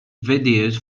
videos